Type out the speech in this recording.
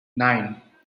nine